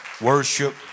worship